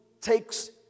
takes